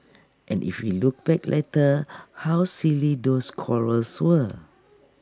and if we look back later how silly those quarrels were